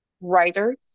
writers